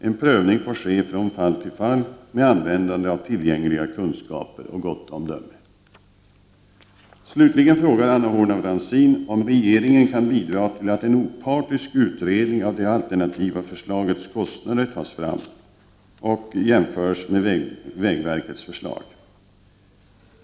En prövning får ske från fall till fall med användande av tillgängliga kunskaper och gott omdöme. Slutligen frågar Anna Horn af Rantzien om regeringen kan bidra till att en opartisk utredning av det alternativa förslagets kostnader tas fram och jämförs med vägverkets förslag.